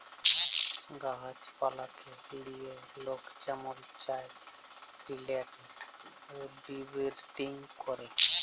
গাহাছ পালাকে লিয়ে লক যেমল চায় পিলেন্ট বিরডিং ক্যরে